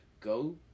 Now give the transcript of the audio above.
Go